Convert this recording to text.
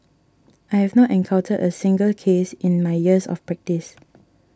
I have not encountered a single case in my years of practice